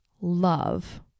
love